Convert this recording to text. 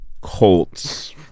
Colts